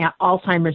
Alzheimer's